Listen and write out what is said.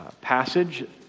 Passage